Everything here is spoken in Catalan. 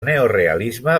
neorealisme